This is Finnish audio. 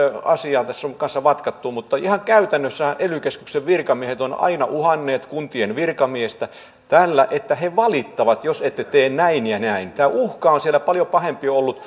asiaa on tässä myös vatkattu ihan käytännössähän ely keskuksen virkamiehet ovat aina uhanneet kuntien virkamiestä tällä että he valittavat jos ette tee näin ja näin tämä uhka on siellä paljon pahempi ollut